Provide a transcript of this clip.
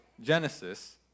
Genesis